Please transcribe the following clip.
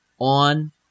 on